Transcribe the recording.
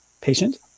patient